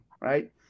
right